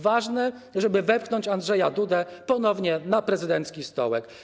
Ważne, żeby wepchnąć Andrzeja Dudę ponownie na prezydencki stołek.